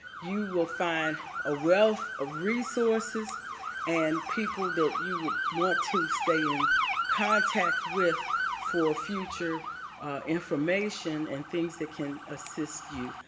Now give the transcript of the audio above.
you will find a wealth of resources and people that you want to stay in contact with for future information and things that can assist you.